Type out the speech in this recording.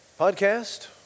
podcast